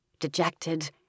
Dejected